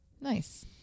nice